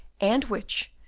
and which,